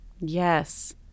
Yes